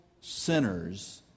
sinners